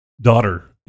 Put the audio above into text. daughter